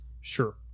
Sure